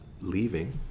leaving